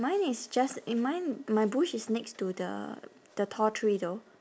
mine is just eh mine my bush is next to the the tall tree though